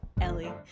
ellie